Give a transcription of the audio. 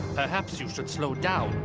perhaps you should slow down.